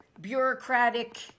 bureaucratic